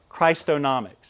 Christonomics